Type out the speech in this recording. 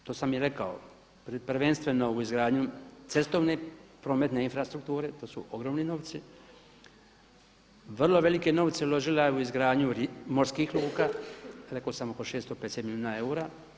I to sam i rekao, prvenstveno u izgradnju cestovne prometne infrastrukture, to su ogromni novci, vrlo velike novce uložila je u izgradnju morskih luka rekao sam oko 650 milijuna eura.